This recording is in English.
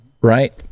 right